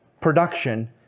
production